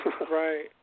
Right